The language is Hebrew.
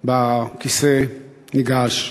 בכיסא, ניגש.